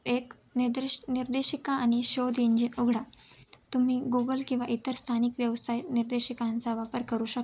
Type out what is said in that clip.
एक निदेश निर्देशिका आणि शोध इंजिन उघडा तुम्ही गुगल किंवा इतर स्थानिक व्यवसाय निर्देशिकांचा वापर करू शकता